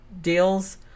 deals